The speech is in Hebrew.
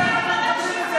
איך אתם מקבלים את זה?